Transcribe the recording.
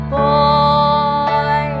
boy